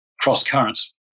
cross-currents